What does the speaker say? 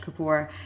kapoor